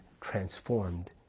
transformed